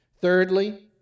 Thirdly